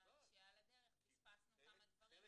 רק שעל הדרך פספסנו כמה דברים לצערי.